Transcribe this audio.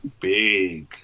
big